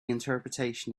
interpretation